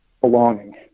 belonging